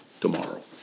tomorrow